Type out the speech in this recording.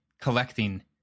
collecting